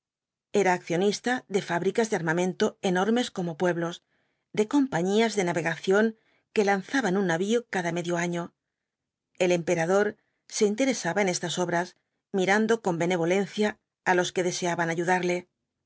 era accionista de fábricas de armamento enormes como pueblos de compañías de navegación vque lanzaban un navio cada medio año el emperador se interesaba en estas obras mirando con benevolencia á los que deseaban ayudadle